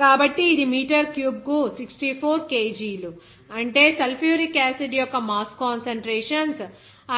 కాబట్టి ఇది మీటర్ క్యూబ్కు 64 kgలు అంటే సల్ఫ్యూరిక్ యాసిడ్ యొక్క మాస్ కాన్సంట్రేషన్స్